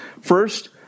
First